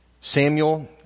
Samuel